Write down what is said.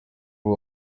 ubu